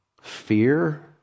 Fear